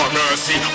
mercy